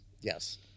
Yes